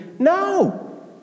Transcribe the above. No